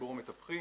לציבור המתווכים